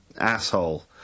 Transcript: asshole